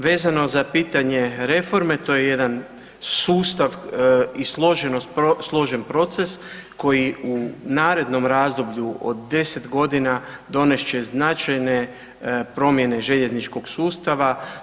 Vezano za pitanje reforme to je jedan sustav i složenost, složen proces koji u narednom razdoblju od 10 godina donest će značajne promjene željezničkog sustava.